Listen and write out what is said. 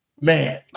Man